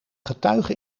getuige